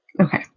Okay